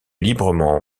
librement